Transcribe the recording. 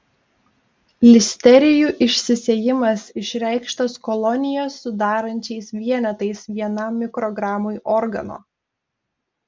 listerijų išsisėjimas išreikštas kolonijas sudarančiais vienetais vienam mikrogramui organo